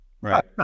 right